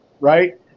right